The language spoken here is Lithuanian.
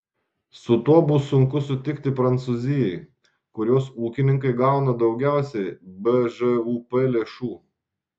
su tuo bus sunku sutikti prancūzijai kurios ūkininkai gauna daugiausiai bžūp lėšų